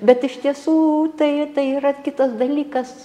bet iš tiesų tai tai yra kitas dalykas